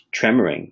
tremoring